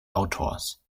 autors